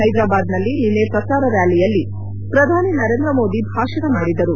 ಹ್ಯೆದರಾಬಾದ್ನಲ್ಲಿ ನಿನ್ನೆ ಪ್ರಚಾರ ರ್್ಾಲಿಯಲ್ಲಿ ಪ್ರಧಾನಿ ನರೇಂದ್ರ ಮೋದಿ ಭಾಷಣ ಮಾಡಿದರು